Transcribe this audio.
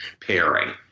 pairing